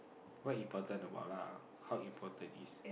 what important about lah how important is